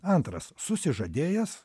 antras susižadėjęs